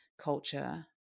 culture